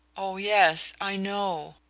oh, yes, i know.